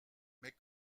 mes